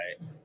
right